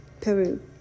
Peru